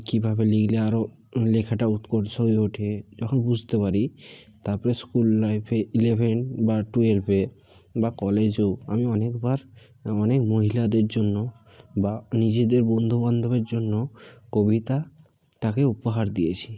কিভাবে লিখলে আরও লেখাটা উৎকর্ষ হয়ে ওঠে যখন বুঝতে পারি তারপরে স্কুল লাইফে ইলেভেন বা টুয়েলভে বা কলেজেও আমি অনেকবার অনেক মহিলাদের জন্য বা নিজেদের বন্ধু বান্ধবের জন্যও কবিতা তাকে উপহার দিয়েছি